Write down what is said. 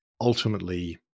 ultimately